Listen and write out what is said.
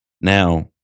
Now